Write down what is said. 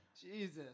Jesus